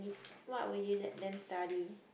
what will you let them study